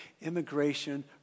Immigration